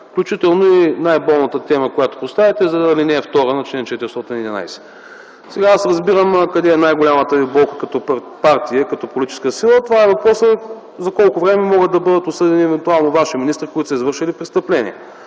включително и най-болната тема, която поставяте, за ал. 2 на чл. 411. Аз разбирам къде е най-голямата ви болка като партия и политическа сила. Това е въпросът за колко време могат да бъдат осъдени евентуално ваши министри, които са извършили престъпление.